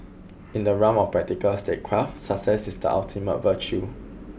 in the realm of practical statecraft success is the ultimate virtue